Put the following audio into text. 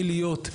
מלהיות,